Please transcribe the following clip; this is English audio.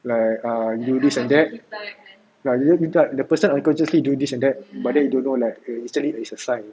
like err you this and that ya like tak the person unconsciously do this and that but then he don't know like eh actually it's a sign